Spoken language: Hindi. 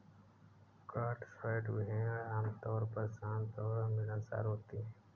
कॉटस्वॉल्ड भेड़ आमतौर पर शांत और मिलनसार होती हैं